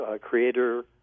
creator